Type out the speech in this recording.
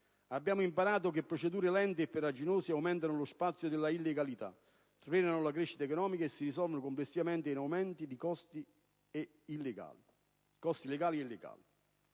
Abbiamo imparato che procedure lente e farraginose aumentano lo spazio della illegalità, frenano la crescita economica e si risolvono complessivamente in aumenti di costi legali e illegali.